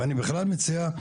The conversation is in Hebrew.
ואני בכלל מציע,